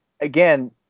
Again